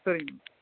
சரிங்க மேம்